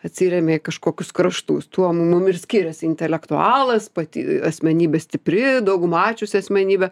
atsiremia į kažkokius kraštus tuom nu ir skiriasi intelektualas pati asmenybė stipri daug mačiusi asmenybė